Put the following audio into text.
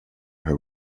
her